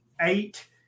eight